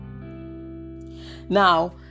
Now